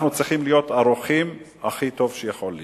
אנחנו צריכים להיות ערוכים הכי טוב שיכול להיות.